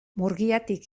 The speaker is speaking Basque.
murgiatik